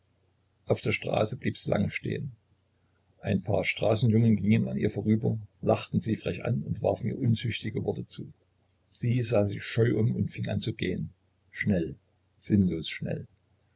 auf der straße blieb sie lange stehen ein paar straßenjungen gingen an ihr vorbei lachten sie frech an und warfen ihr unzüchtige worte zu sie sah sich scheu um und fing an zu gehen schnell sinnlos schnell